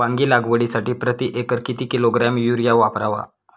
वांगी लागवडीसाठी प्रती एकर किती किलोग्रॅम युरिया वापरावा?